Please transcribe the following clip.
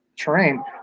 terrain